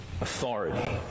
authority